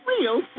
Real